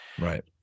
Right